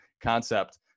concept